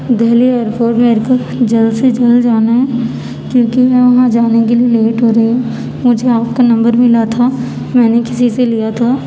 Delhi airport میرے کو جلد سے جلد جانا ہے کیونکہ میں وہاں جانے کے لیے لیٹ ہو رہی ہوں مجھے آپ کا نمبر ملا تھا میں نے کسی سے لیا تھا